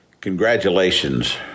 Congratulations